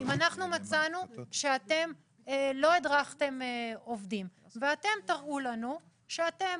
אם אנחנו מצאנו שאתם לא הדרכתם עובדים ואתם תראו לנו שאתם